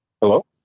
Hello